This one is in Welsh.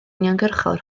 uniongyrchol